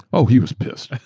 oh, he was pissed,